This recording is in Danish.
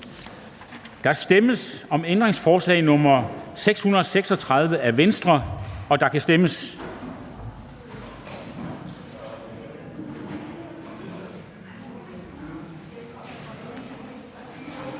Der stemmes om ændringsforslag nr. 673 af DF, og der kan stemmes.